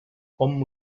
hom